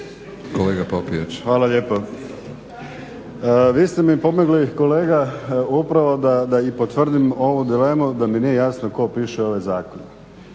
Đuro (HDZ)** Hvala lijepo. Vi ste mi pomogli kolega upravo da i potvrdim ovu dilemu da mi nije jasno tko piše ove zakone.